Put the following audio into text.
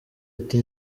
ati